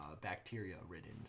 bacteria-ridden